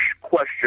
question